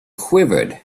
quivered